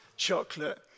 chocolate